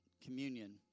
communion